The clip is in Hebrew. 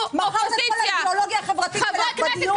מכרת את כל האידיאולוגיה החברתית שלך בדיור הציבורי.